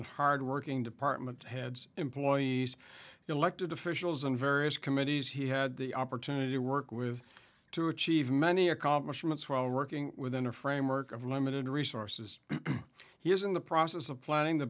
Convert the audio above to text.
and hard working department heads employees elected officials and various committees he had the opportunity to work with to achieve many accomplishments while wrecking within a framework of limited resources he is in the process of planning the